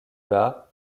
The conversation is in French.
bas